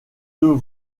deux